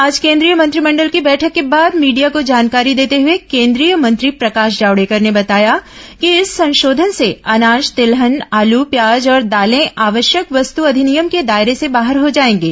आज के द्रीय मंत्रिमंडल की बैठक के बाद मीडिया को जानकारी देते हुए केंद्रीय मंत्री प्रकाश जावड़ेकर ने बताया कि इस संशोधन से अनाज तिलहन आलू प्याज और दालें आवश्यक वस्तु अधिनियम के दायरे से बाहर हो जाएंगे